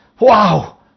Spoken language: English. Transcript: wow